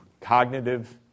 cognitive